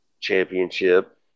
championship